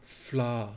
flour